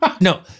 No